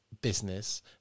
business